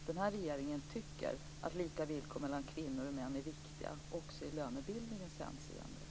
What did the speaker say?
Den här regeringen tycker att lika villkor mellan kvinnor och män är viktiga, också i lönebildningens hänseende.